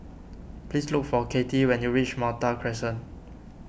please look for Kathy when you reach Malta Crescent